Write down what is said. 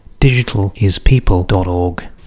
digitalispeople.org